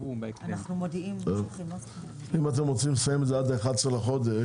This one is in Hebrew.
אם אתם רוצים לסיים את זה עד ה-11 בחודש,